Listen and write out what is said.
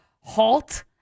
Halt